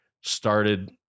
started